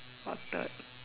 or third